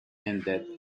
ended